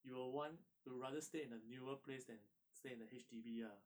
you will want you would rather stay in a newer place than stay in the H_D_B ah